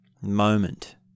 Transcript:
moment